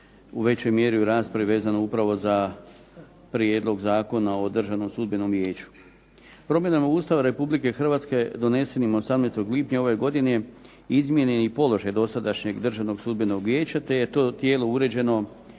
u većoj mjeri u raspravi vezano upravo za Prijedlog zakona o Državnom sudbenom vijeću.